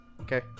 okay